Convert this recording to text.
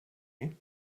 you